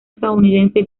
estadounidense